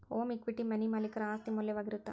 home equity money ಮಾಲೇಕರ ಆಸ್ತಿ ಮೌಲ್ಯವಾಗಿರತ್ತ